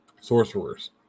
sorcerers